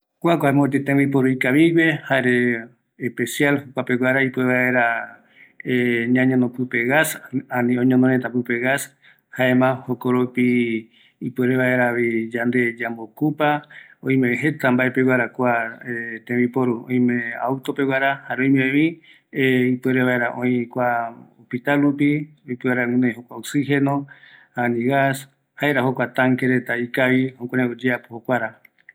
Kua tanque jaeko tembiporu gas peguaraiño. Tatagueva, öime ou auto reta peguara, jare öime vi oyeporu vaera oporopoanoarenda rupi peguara